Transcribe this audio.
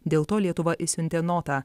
dėl to lietuva išsiuntė notą